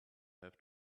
have